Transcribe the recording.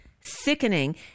sickening